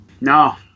No